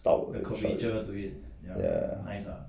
struck and short ya